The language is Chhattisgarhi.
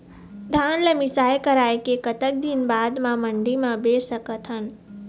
धान ला मिसाई कराए के कतक दिन बाद मा मंडी मा बेच सकथन?